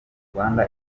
rwanda